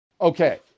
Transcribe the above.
Okay